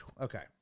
Okay